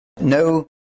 no